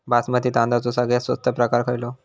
बासमती तांदळाचो सगळ्यात स्वस्त प्रकार खयलो?